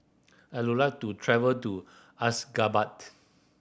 I would like to travel to Ashgabat